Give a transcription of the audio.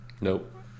Nope